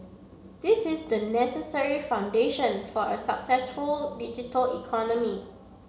this is the necessary foundation for a successful digital economy